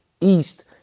East